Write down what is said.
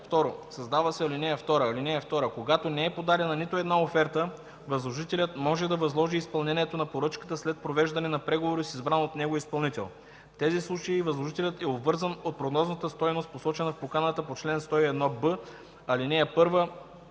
2. Създава се ал. 2: „(2) Когато не е подадена нито една оферта възложителят може да възложи изпълнението на поръчката след провеждане на преговори с избран от него изпълнител. В тези случаи възложителят е обвързан от прогнозната стойност, посочена в поканата по чл. 101б, ал. 1,